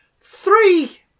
three